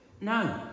No